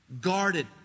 guarded